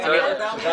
תודה.